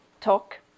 talk